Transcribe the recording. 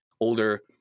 older